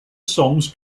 songs